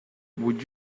would